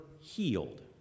healed